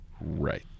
Right